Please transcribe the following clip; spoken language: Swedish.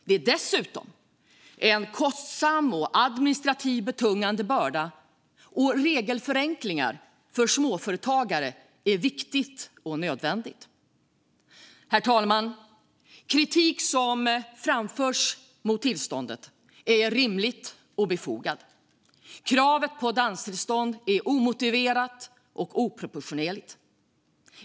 Det är dessutom en kostsam och administrativt betungande börda, och regelförenklingar för småföretagare är viktigt och nödvändigt. Herr talman! Den kritik som framförts mot tillståndet är rimlig och befogad. Kravet på danstillstånd är omotiverat och oproportionerligt.